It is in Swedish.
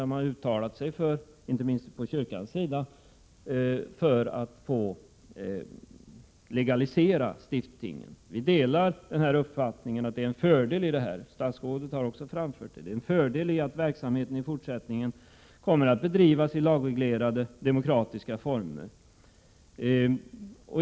Inte minst från kyrkans sida har man nämligen uttalat sig för en legalisering av stiftstingen. Vi delar uppfattningen att detta är en fördel. Statsrådet har också framfört samma uppfattning. Det är en fördel att verksamheten i fortsättningen kommer att bedrivas i lagreglerade, demokratiska former.